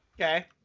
Okay